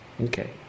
Okay